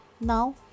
now